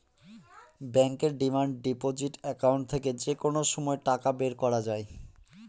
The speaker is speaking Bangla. ব্যাঙ্কের ডিমান্ড ডিপোজিট একাউন্ট থেকে যে কোনো সময় টাকা বের করা যায়